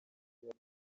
niba